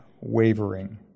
wavering